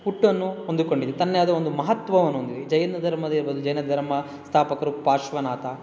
ಹುಟ್ಟನ್ನು ಹೊಂದಿಕೊಂಡಿದೆ ತನ್ನದೇ ಆದ ಒಂದು ಮಹತ್ವವನ್ನು ಹೊಂದಿದ್ ಈ ಜೈನ ಧರ್ಮ ಇರ್ಬೋದು ಜೈನ ಧರ್ಮ ಸ್ಥಾಪಕರು ಪಾರ್ಶ್ವನಾಥ